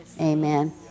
Amen